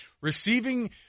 receiving